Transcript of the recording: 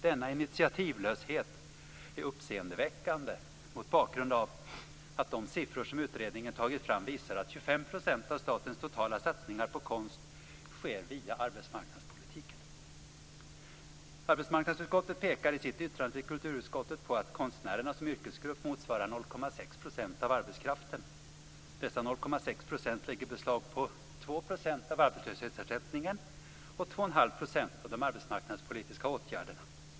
Denna initiativlöshet är uppseendeväckande mot bakgrund av att de siffror som utredningen har tagit fram visar att 25 % av statens totala satsningar på konst sker via arbetsmarknadspolitiken. Arbetsmarknadsutskottet pekar i sitt yttrande till kulturutskottet på att konstnärerna som yrkesgrupp motsvarar 0,6 % av arbetskraften. Dessa 0,6 % lägger beslag på 2 % av arbetslöshetsersättningen och 2,5 % av de arbetsmarknadspolitiska åtgärderna.